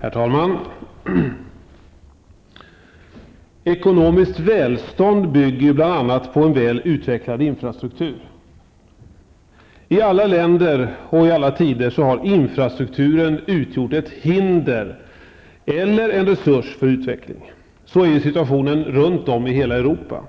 Herr talman! Ekonomiskt välstånd bygger bl.a. på en väl utvecklad infrastruktur. I alla länder och i alla tider har infrastrukturen utgjort ett hinder eller en resurs för utvecklingen. Sådan är situationen runt om i hela Europa.